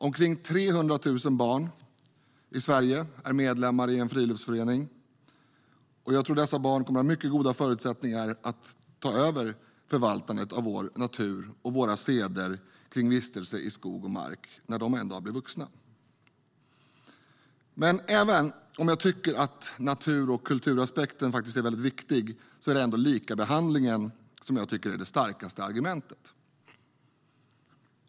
Omkring 300 000 barn i Sverige är medlemmar i en friluftsförening, barn som jag tror kommer att ha mycket goda förutsättningar att ta över förvaltandet av vår natur och våra seder kring vistelse i skog och mark när de en dag blir vuxna. Men även om jag tycker att natur och kulturaspekten är viktig är det ändå likabehandlingen jag tycker är det starkaste argumentet.